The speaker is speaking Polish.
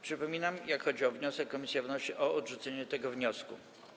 Przypominam, że jeżeli chodzi o wniosek, komisja wnosi o odrzucenie tego wniosku.